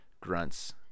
grunts